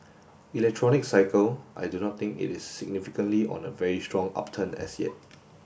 electronics cycle I do not think it is significantly on a very strong upturn as yet